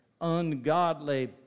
Ungodly